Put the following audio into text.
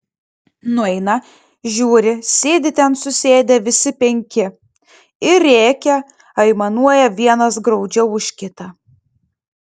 nueina žiūri sėdi ten susėdę visi penki ir rėkia aimanuoja vienas graudžiau už kitą